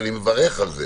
ואני מברך על זה